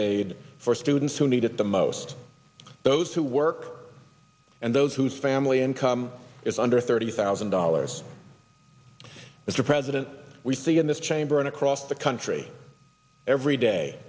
aid for students who need it the most those who work and those whose family income is under thirty thousand dollars mr president we see in this chamber and across the country every day